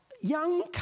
young